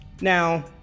Now